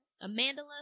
Amanda